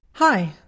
Hi